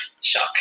Shock